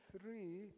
three